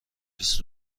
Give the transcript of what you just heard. بیست